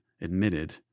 admitted